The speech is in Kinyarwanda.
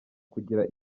kugira